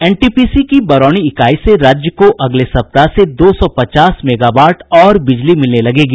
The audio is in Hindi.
एनटीपीसी की बरौनी इकाई से राज्य को अगले सप्ताह से दो सौ पचास मेगावाट और बिजली मिलने लगेगी